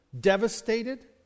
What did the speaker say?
devastated